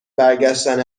برگشتن